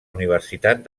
universitat